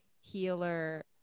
healer